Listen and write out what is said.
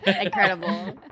Incredible